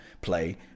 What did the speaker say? play